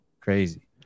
Crazy